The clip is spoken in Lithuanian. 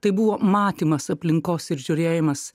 tai buvo matymas aplinkos ir žiūrėjimas